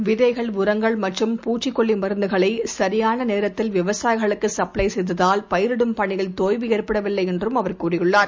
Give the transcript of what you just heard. விதைகள் உரங்கள்மற்றும்பூச்சிகொல்லிமருந்துகளைசரியானநேரத்தில்விவசாயிகளுக்குசப் ளைசெய்ததால் பயிரிடும்பணியில்தொய்வுஏற்படவில்லைஎன்றும்அவர்தெரிவித்துள்ளார்